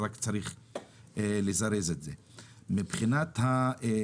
מי שרוצה לצאת אחרי 22:00 אין לו